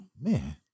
man